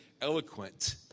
eloquent